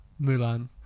Mulan